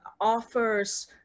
offers